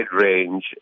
range